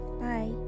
Bye